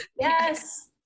Yes